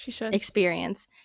experience